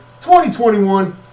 2021